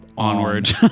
onward